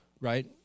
right